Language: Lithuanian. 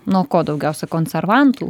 nu ko daugiausia konservantų